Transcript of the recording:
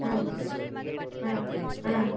ஆ ஆ ஆ